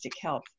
Health